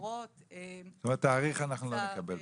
מסגרות- - זאת אומרת שתאריך אנחנו לא נקבל פה?